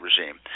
regime